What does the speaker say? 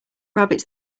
rabbits